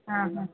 ആ ആ